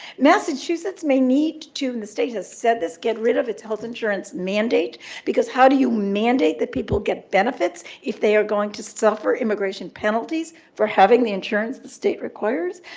massachusetts may need to and the state has said this get rid of its health insurance mandate because how do you mandate that people get benefits if they are going to suffer immigration penalties for having the insurance the state requires?